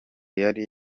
yari